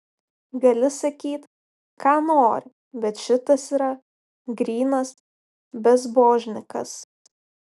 gali sakyt ką nori bet šitas yra grynas bezbožnikas